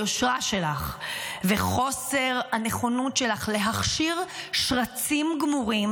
היושרה שלך וחוסר הנכונות שלך להכשיר שרצים גמורים,